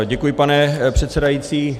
Děkuji, pane předsedající.